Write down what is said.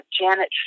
Janet